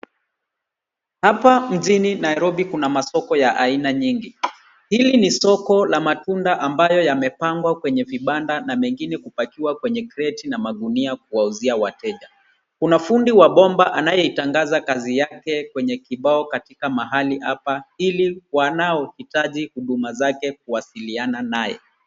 Hapa mjijini Nairobi kuna masoko ya aina nyingi. Hili ni soko la matunda ambayo yamengwa kwenye vibanda na mengine kupakiwa kwenye kreti na magunia kuwauzia wateja. kuna fundi wa bomba anaye tangaza kazi yake kwenye kibao katika mahalia hapa ili wanao hitaji huduma zake kuwasiliana naye